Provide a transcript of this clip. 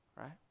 Right